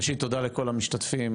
ראשית תודה לכל המשתתפים,